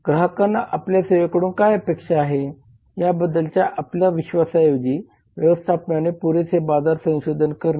ग्राहकांना आपल्या सेवेकडून काय अपेक्षा आहे या बद्दलच्या आपल्या विश्वासाऐवजी व्यवस्थापनाने पुरेसे बाजार संशोधन करणे